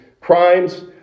crimes